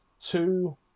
Two